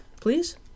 please